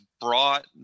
brought